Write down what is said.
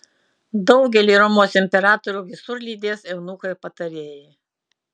daugelį romos imperatorių visur lydės eunuchai patarėjai